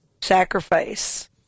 sacrifice